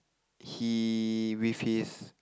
he with his